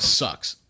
sucks